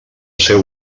seu